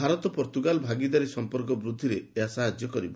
Bharat Portugal ଭାଗିଦାରୀ ସମ୍ପର୍କ ବୂଦ୍ଧିରେ ଏହା ସାହାଯ୍ୟ କରିବ